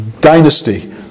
dynasty